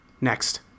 Next